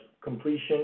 completion